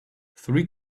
three